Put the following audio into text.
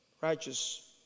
righteous